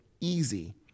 easy